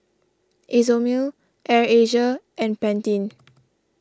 Isomil Air Asia and Pantene